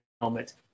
helmet